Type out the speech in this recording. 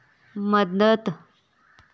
मदद